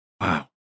Wow